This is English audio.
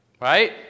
Right